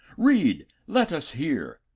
read, let us hear.